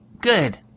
Good